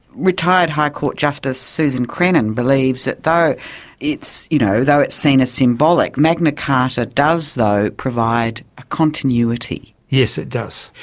retired high court justice susan crennan believes that though it's you know though it's seen as symbolic, magna carta does though provide a continuity. yes, it does.